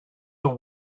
the